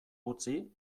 utzi